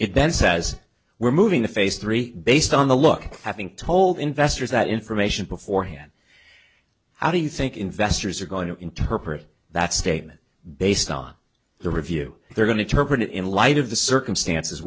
then says we're moving the phase three based on the look having told investors that information beforehand how do you think investors are going to interpret that statement based on the review they're going to target in light of the circumstances